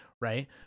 Right